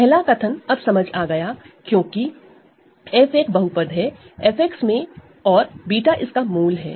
पहला कथन अब समझ आ गया क्योंकि f एक पॉलिनॉमियल है FX में और β इसका रूट है